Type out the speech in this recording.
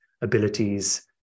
abilities